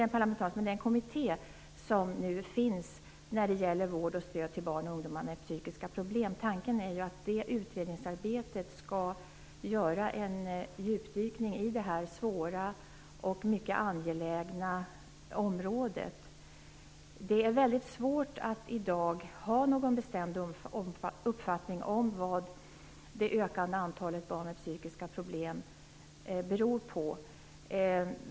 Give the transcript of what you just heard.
Den arbetar med vård och stöd till ungdomar med psykiska problem. Tanken är att man i detta utredningsarbete skall göra en djupdykning i detta svåra och mycket angelägna område. Det är väldigt svårt att i dag ha någon bestämd uppfattning om vad det ökande antalet barn och ungdomar med psykiska problem beror på.